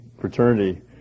fraternity